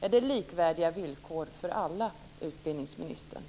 Är det likvärdiga villkor för alla, utbildningsministern?